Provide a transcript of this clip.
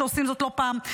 שעושים זאת לא פעם,